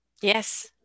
yes